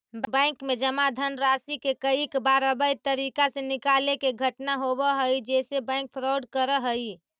bank में जमा धनराशि के कईक बार अवैध तरीका से निकाले के घटना होवऽ हइ जेसे बैंक फ्रॉड करऽ हइ